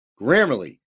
Grammarly